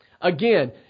Again